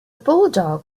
bulldog